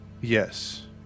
Yes